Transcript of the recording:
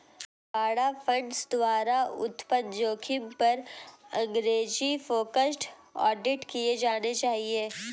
बाड़ा फंड्स द्वारा उत्पन्न जोखिमों पर अंग्रेजी फोकस्ड ऑडिट किए जाने चाहिए